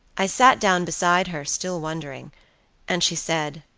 i sat down beside her, still wondering and she said